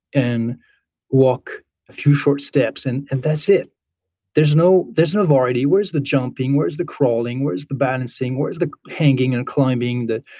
and walk a few short steps and and that's it there's no there's no variety. where's the jumping? where's the crawling? where's the balancing? where's the hanging and climbing,